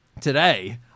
today